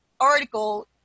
article